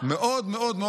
מאוד מאוד.